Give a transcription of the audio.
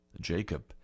Jacob